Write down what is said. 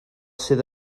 sydd